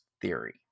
theory